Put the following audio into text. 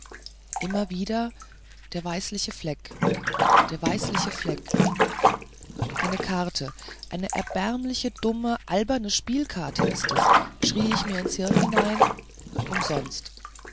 immer wieder der weißliche fleck der weißliche fleck eine karte eine erbärmliche dumme alberne spielkarte ist es schrie ich mir ins hirn hinein umsonst